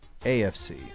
AFC